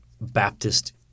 Baptist